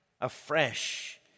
afresh